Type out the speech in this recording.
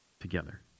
Together